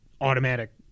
automatic